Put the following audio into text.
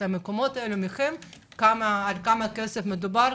על כמה כסף מדובר?